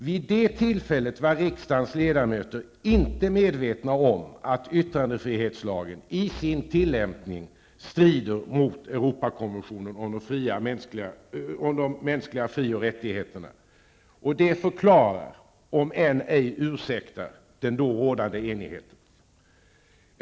Vid det tillfället var riksdagens ledamöter inte medvetna om att yttrandefrihetsgrundlagen i sin tillämpning strider mot Europakonventionen om de mänskliga fri och rättigheterna. Det förklarar, om än ej ursäktar, den då rådande enigheten.